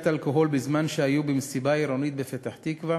אלכוהול בזמן שהיו במסיבה עירונית בפתח-תקווה